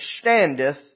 standeth